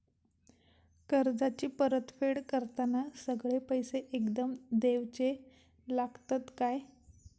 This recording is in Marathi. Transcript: कर्जाची परत फेड करताना सगळे पैसे एकदम देवचे लागतत काय?